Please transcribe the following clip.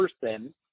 person